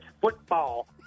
football